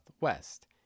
west